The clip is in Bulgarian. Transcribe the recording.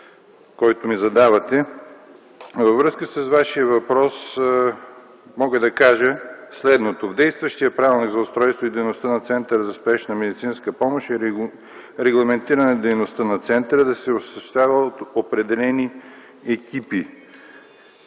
който ми задавате. Във връзка с Вашия въпрос мога да кажа следното. В действащия Правилник за устройството и дейността на Центъра за спешна медицинска помощ е регламентирано дейността на центъра да се осъществява от определени екипи.